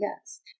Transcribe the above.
Yes